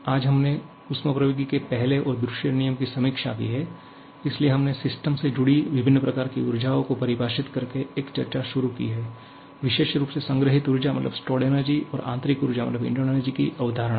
आज हमने ऊष्मप्रवैगिकी के पहले और दूसरे नियम की समीक्षा की है इसलिए हमने सिस्टम से जुड़ी विभिन्न प्रकार की ऊर्जाओं को परिभाषित करके एक चर्चा शुरू की है विशेष रूप से संग्रहीत ऊर्जा और आंतरिक ऊर्जा की अवधारणा